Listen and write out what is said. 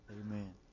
Amen